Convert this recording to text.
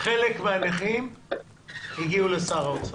חלק מהנכים הגיעו לשר האוצר.